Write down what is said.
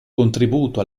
contributo